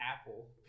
apple